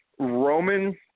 Roman